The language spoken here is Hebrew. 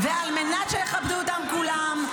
ועל מנת שיכבדו אותן כולם,